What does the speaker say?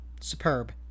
Superb